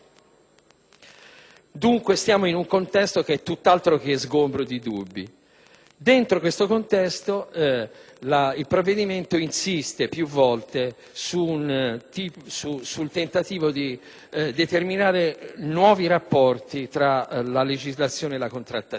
dunque in un contesto tutt'altro che sgombro di dubbi. In tale contesto, il provvedimento insiste più volte sul tentativo di determinare nuovi rapporti tra legislazione e contrattazione.